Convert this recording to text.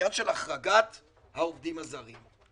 העניין של החרגת העובדים הזרים.